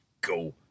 go